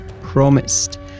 promised